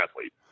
athlete